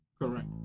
Correct